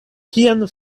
kiam